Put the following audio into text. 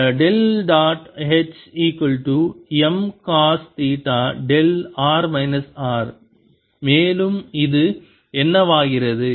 HMcosθδr R மேலும் இது என்னவாகிறது